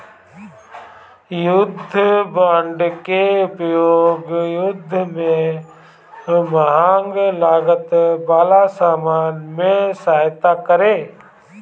युद्ध बांड के उपयोग युद्ध में महंग लागत वाला सामान में सहायता करे